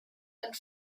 and